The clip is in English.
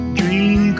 dream